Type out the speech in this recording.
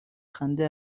خنده